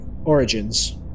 Origins